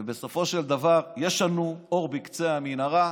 ובסופו של דבר יש לנו אור בקצה המנהרה.